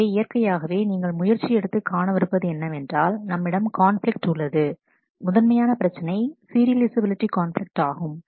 எனவே இயற்கையாகவே நீங்கள் முயற்சி எடுத்து காணவிருப்பது என்னவென்றால் நம்மிடம் கான்பிலிக்ட் உள்ளது முதன்மையான பிரச்சனை சீரியலைஃசபிலிட்டி கான்பிலிக்ட் ஆகும்